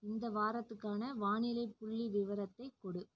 இந்த வாரத்துக்கான வானிலை புள்ளிவிவரத்தைக் கொடு